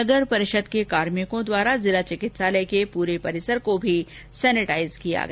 नगर परिषद के कार्मिकों द्वारा जिला चिकित्सालय के पूरे परिसर को भी सेनेटाईज किया गया